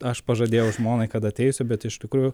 aš pažadėjau žmonai kad ateisiu bet iš tikrųjų